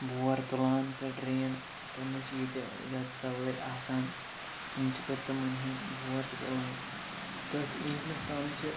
بوٗر تُلان سۄ ٹرٛین تمنٕے چھِ ییٚتہِ زیادٕ سَوٲرۍ آسان تِم چھِ پَتہٕ تِمَن ہُنٛد بوٗر تہِ تُلان تٔتھۍ اِنٛجنَس تام چھِ